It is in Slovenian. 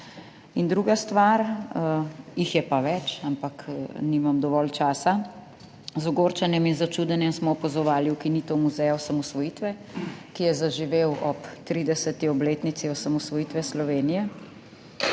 druga stvar, jih je pa več, ampak nimam dovolj časa. Z ogorčenjem in začudenjem smo opazovali ukinitev Muzeja osamosvojitve, ki je zaživel ob 30. obletnici osamosvojitve Slovenije,